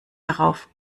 darauf